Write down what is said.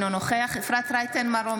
אינו נוכח אפרת רייטן מרום,